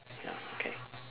ya okay